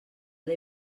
dvd